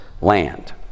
land